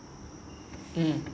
mmhmm